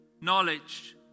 knowledge